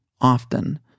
often